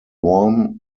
warm